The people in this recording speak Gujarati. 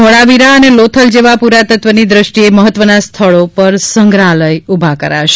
ધોળાવીરા ને લોથલ જેવા પુરાતત્વની દ્રષ્ટિએ મહત્વના સ્થળો પર સંગ્રહાલય ઊભા કરાશે